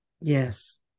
Yes